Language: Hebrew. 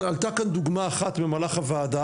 ובסוף עברנו דירה אבל במובן הזה שמה לעשות?